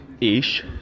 Ish